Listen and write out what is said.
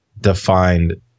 defined